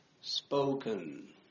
spoken